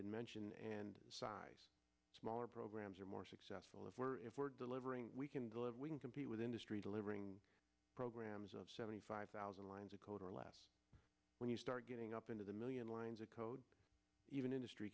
in mention and size smaller programs are more successful if we're if we're delivering we can deliver we can compete with industry delivering programs of seventy five thousand lines of code or less when you start getting up into the million lines of code even industry